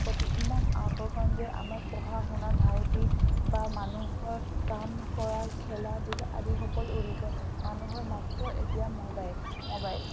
প্ৰতি ইমান আকৰ্ষণ যে আমাৰ পঢ়া শুনা ধাউতি বা মানুহৰ কাম কৰা খেলা ধূলা আদি সকলো উৰি গ'ল মানুহৰ মাত্ৰ এতিয়া মবাইল মবাইল